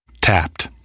Tapped